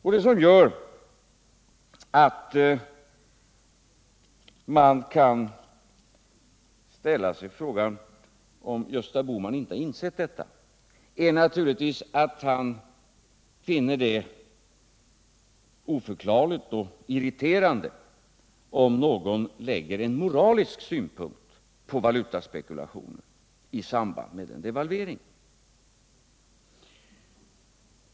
Vad som gör att man frågar sig huruvida Gösta Bohman inte har insett detta är naturligtvis att han finner det oförklarligt och irriterande att någon lägger moraliska synpunkter på valutaspekulationen i samband med en devalvering.